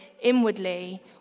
inwardly